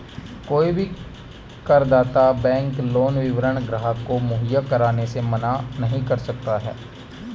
कोई भी करदाता बैंक लोन विवरण ग्राहक को मुहैया कराने से मना नहीं कर सकता है